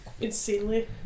insanely